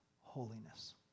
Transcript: holiness